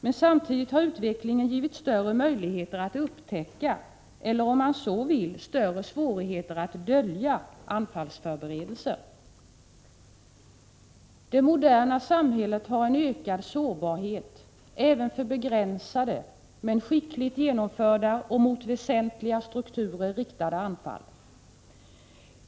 Men samtidigt har utvecklingen givit större möjligheter att upptäcka — eller om man så vill, större svårigheter att dölja — anfallsförberedelser. Det moderna samhället har en ökad sårbarhet även för begränsade men skickligt genomförda och mot väsentliga strukturer riktade anfall.